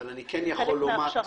-- זה חלק מההכשרה.